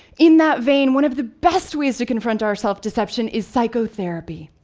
in that vein, one of the best ways to confront our self-deception is psychotherapy.